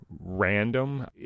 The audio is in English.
random